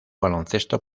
baloncesto